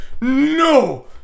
no